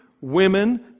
women